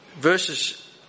Verses